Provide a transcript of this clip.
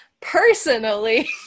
Personally